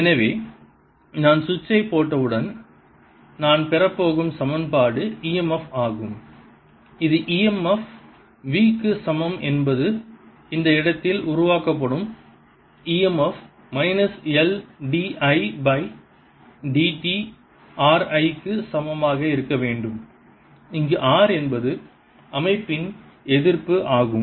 எனவே நான் சுவிட்சைப் போட்டவுடன் நான் பெறப்போகும் சமன்பாடு emf ஆகும் இது emf v க்கு சமம் என்பது இந்த இடத்தில் உருவாக்கப்படும் emf minus L d I by dt r I க்கு சமமாக இருக்க வேண்டும் இங்கு r என்பது அமைப்பின் எதிர்ப்பு ஆகும்